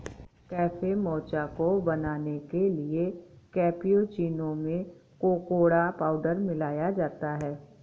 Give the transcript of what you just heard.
cafe mocha को बनाने के लिए कैप्युचीनो में कोकोडा पाउडर मिलाया जाता है